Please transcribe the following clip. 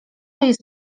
jest